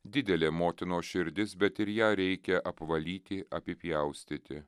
didelė motinos širdis bet ir ją reikia apvalyti apipjaustyti